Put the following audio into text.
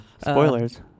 Spoilers